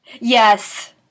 Yes